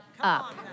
up